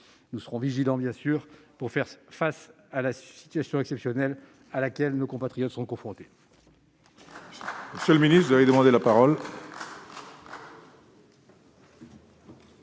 Nous serons vigilants pour faire face à la situation exceptionnelle à laquelle nos compatriotes sont confrontés.